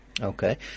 Okay